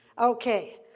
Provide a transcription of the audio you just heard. Okay